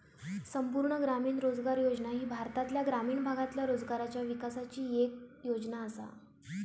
संपूर्ण ग्रामीण रोजगार योजना ही भारतातल्या ग्रामीण भागातल्या रोजगाराच्या विकासाची येक योजना आसा